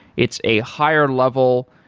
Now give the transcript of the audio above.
it's a higher-level,